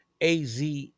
az